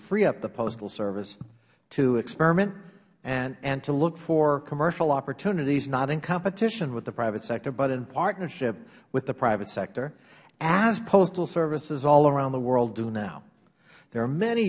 free up the postal service to experiment and to look for commercial opportunities not in competition with the private sector but in partnership with the private sector as postal services all around the world do now there are many